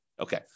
Okay